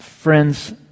Friends